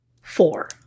Four